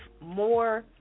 more